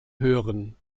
hören